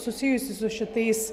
susijusi su šitais